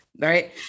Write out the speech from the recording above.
right